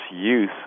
use